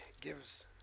gives